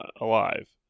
alive